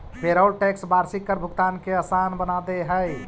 payroll tax वार्षिक कर भुगतान के असान बना दे हई